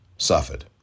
suffered